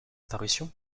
parution